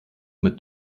mit